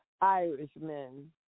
Irishmen